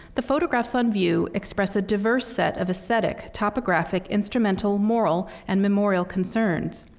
the photographs on view express a diverse set of aesthetic, topographic, instrumental, moral, and memorial concerns.